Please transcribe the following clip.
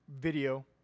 video